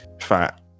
fat